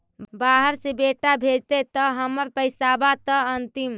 बाहर से बेटा भेजतय त हमर पैसाबा त अंतिम?